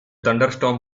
thunderstorm